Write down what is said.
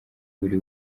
buri